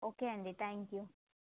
okay అండి thank you